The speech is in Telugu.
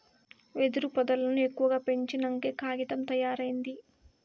వెదురు పొదల్లను ఎక్కువగా పెంచినంకే కాగితం తయారైంది